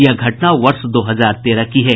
यह घटना वर्ष दो हजार तेरह की है